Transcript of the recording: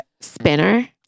spinner